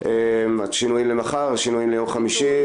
למחר ושינויים ליום חמישי,